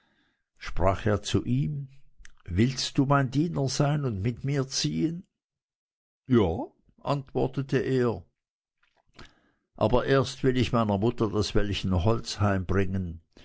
sprach er zu ihm willst du mein diener sein und mit mir ziehen ja antwortete er aber erst will ich meiner mutter das wellchen